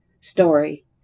story